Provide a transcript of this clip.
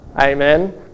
Amen